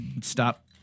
stop